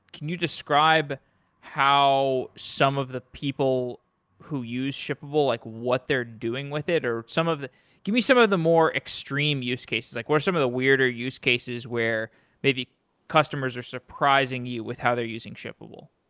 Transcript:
can you describe how some of the people who use shippable, like what they're doing with it or some of the give me some of the more extreme use cases. like what are some of the weirder use cases where maybe customers are surprising you with how they're using shippable.